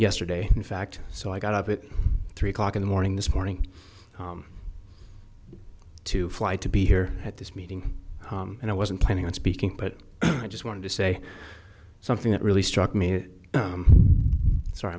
yesterday in fact so i got up at three o'clock in the morning this morning to fly to be here at this meeting and i wasn't planning on speaking but i just wanted to say something that really struck me so i'm